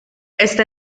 está